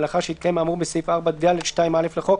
ולאחר שהתקיים האמור בסעיף 4(ד)(2)(א) לחוק,